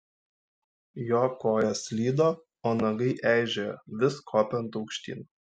jo kojos slydo o nagai eižėjo vis kopiant aukštyn